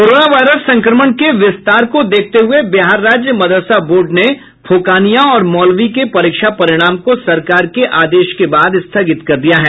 corona virus संक्रमण के विस्तार को देखते हुए बिहार राज्य मदरसा बोर्ड ने फोकानिया और मौलवी के परीक्षा परिणाम को सरकार के आदेश के बाद स्थगित कर दिया है